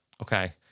Okay